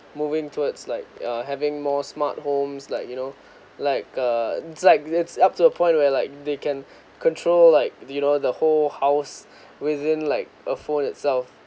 moving towards like uh having more smart homes like you know like uh it's like that's up to a point where like they can control like the you know the whole house within like a phone itself